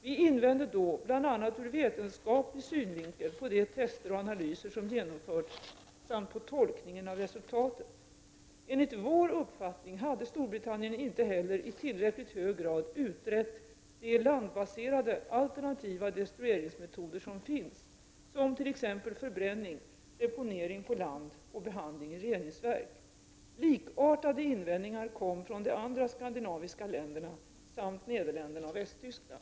Vi invände då, bl.a. ur vetenskaplig synvinkel, mot de tester och analyser som genomförts samt på tolkningen av resultatet. Enligt vår uppfattning hade Storbritannien inte heller i tillräckligt hög grad utrett de landbaserade alternativa destrueringsmetoder som finns, t.ex. förbränning, deponering på land och behandling i reningsverk. Likartade invändningar kom från de andra skandinaviska länderna samt Nederländerna och Västtyskland.